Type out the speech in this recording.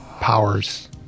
Powers